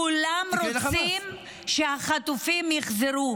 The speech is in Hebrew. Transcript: כולם רוצים שהחטופים יחזרו.